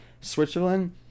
Switzerland